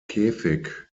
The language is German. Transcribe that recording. käfig